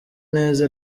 neza